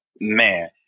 man